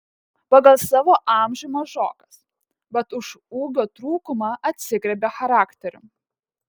pagal savo amžių mažokas bet už ūgio trūkumą atsigriebia charakteriu